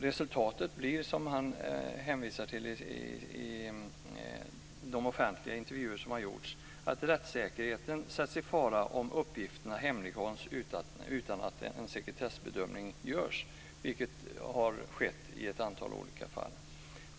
Resultatet blir, som han hänvisar till i de offentliga intervjuer som har gjorts, att rättssäkerheten sätts i fara om uppgifterna hemlighålls utan att en sekretessbedömning görs. Det har skett i ett antal olika fall.